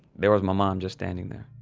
there was my mom just standing there.